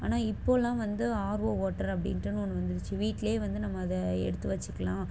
ஆனால் இப்போவெல்லாம் வந்து ஆர்வோ வாட்டர் அப்படின்டுன்னு ஒன்று வந்துருச்சு வீட்டிலே வந்து நம்ம அதை எடுத்து வச்சுக்கலாம்